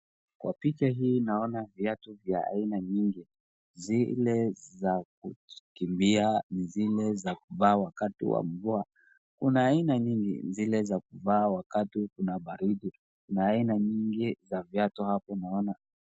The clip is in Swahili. Kwa picha hii naona viatu vya aina nyingi, zile za kukimbia, zile za kuvaa wakati wa mvua, kuna aina nyingi, zile za kuvaa wakati kuna baridi, kuna aina nyingi za viatu hapo naona.